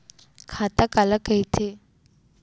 खाता काला कहिथे?